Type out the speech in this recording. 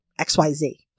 XYZ